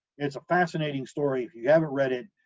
it's a fascinating story, if you haven't read it,